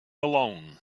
alone